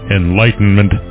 enlightenment